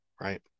Right